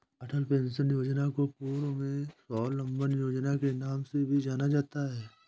अटल pension योजना को पूर्व में स्वाबलंबन योजना के नाम से भी जाना जाता था